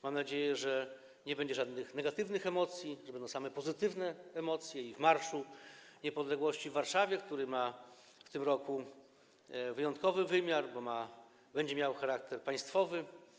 Mam nadzieję, że nie będzie żadnych negatywnych emocji, że będą same pozytywne emocje i w Marszu Niepodległości w Warszawie, który ma w tym roku wyjątkowy wymiar, bo będzie miał charakter państwowy.